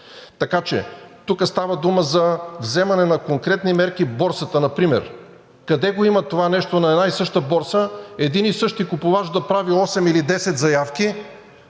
Така че тук става дума за вземане на конкретни мерки. На борсата например! Къде го има това нещо на една и съща борса един и същи купувач да прави осем или десет заявки,